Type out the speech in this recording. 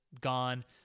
gone